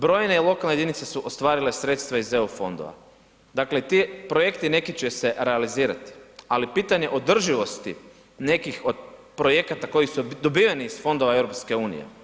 Brojne lokalne jedinice su ostvarile sredstava iz EU fondova, dakle ti projekti neki će se realizirati, ali pitanje održivosti nekih od projekata koji su dobiveni iz Fondova EU.